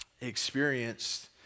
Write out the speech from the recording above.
experienced